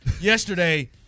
yesterday